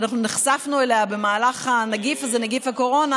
שאנחנו נחשפנו אליה במהלך נגיף הקורונה